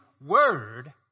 word